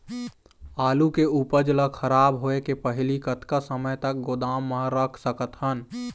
आलू के उपज ला खराब होय के पहली कतका समय तक गोदाम म रख सकत हन?